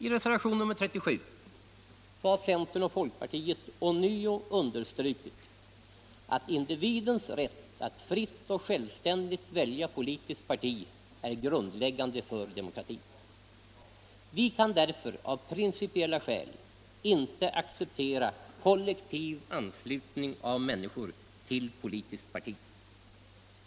I reservationen 37 har centern och folkpartiet ånyo understrukit att individens rätt att fritt och självständigt välja po litiskt parti är grundläggande för demokratin. Vi kan därför av principiella skäl inte acceptera kollektiv anslutning av människor till politiskt parti.